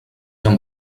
amb